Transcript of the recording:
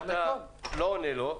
ואתה לא עונה לו.